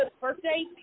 birthday